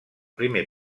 primer